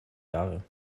jahre